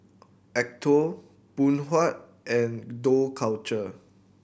Acuto Phoon Huat and Dough Culture